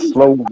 Slow